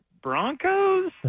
Broncos